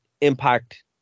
Impact